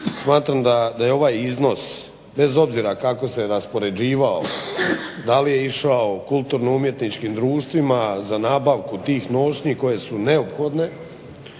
Smatram da je ovaj iznos, bez obzira kako se raspoređivao, da li je išao kulturno-umjetničkim društvima za nabavku tih nošnji koje su neophodne